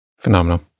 Phenomenal